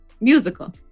musical